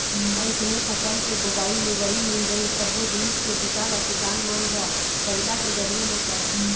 अइसने फसल के बोवई, लुवई, मिंजई सब्बो जिनिस के बूता ल किसान मन ह बइला के जरिए म करय